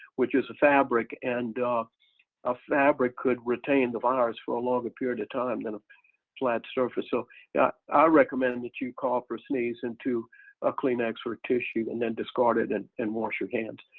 which is a fabric and a fabric could retain the virus for a longer period of time than a flat surface. so, yeah. i recommend that you call for sneeze into a kleenex or tissue and then discard it and and wash your hands.